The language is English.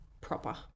proper